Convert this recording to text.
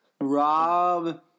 Rob